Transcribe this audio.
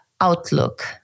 outlook